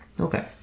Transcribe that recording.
Okay